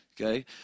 Okay